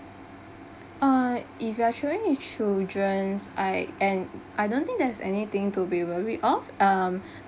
uh if you are bringing your children I and I don't think there is anything to be worried of um